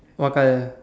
what color